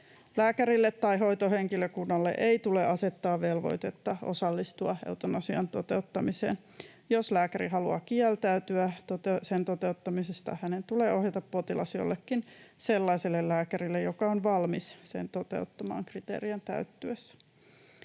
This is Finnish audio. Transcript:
Lääkärille tai hoitohenkilökunnalle ei tule asettaa velvoitetta osallistua eutanasian toteuttamiseen. Jos lääkäri haluaa kieltäytyä sen toteuttamisesta, hänen tulee ohjata potilas jollekin sellaiselle lääkärille, joka on valmis sen toteuttamaan kriteerien täyttyessä.